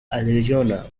arizona